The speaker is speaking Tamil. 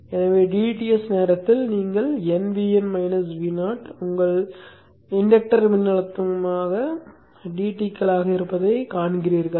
எனவே dTs நேரத்தில் நீங்கள் nVin Vo உங்கள் இண்டக்டர் மின்னழுத்தமாக dTகளாக இருப்பதைக் காண்கிறீர்கள்